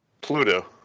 Pluto